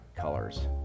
colors